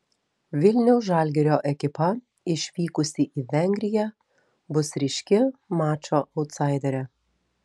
vilniaus žalgirio ekipa išvykusi į vengriją bus ryški mačo autsaiderė